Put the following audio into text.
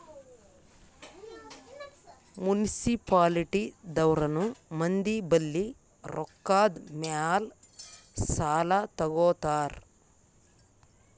municipality ದವ್ರನು ಮಂದಿ ಬಲ್ಲಿ ರೊಕ್ಕಾದ್ ಮ್ಯಾಲ್ ಸಾಲಾ ತಗೋತಾರ್